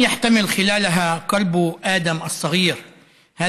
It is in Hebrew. הלב הקטן של אדם לא החזיק מעמד כל כך הרבה זמן